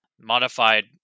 modified